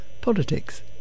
politics